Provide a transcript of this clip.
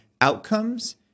outcomes